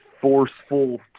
forceful